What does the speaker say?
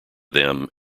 them